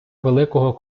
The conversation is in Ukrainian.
великого